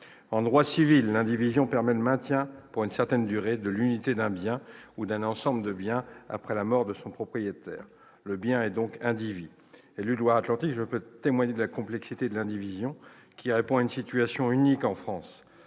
En droit civil, l'indivision permet le maintien pour une certaine durée de l'unité d'un bien ou d'un ensemble de biens après la mort de son propriétaire : le bien est donc « indivis ». Élu de Loire-Atlantique, je peux témoigner de la complexité de l'indivision, qui répond à une situation unique en France.